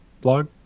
blog